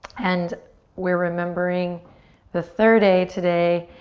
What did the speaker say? and we're remembering the third a today,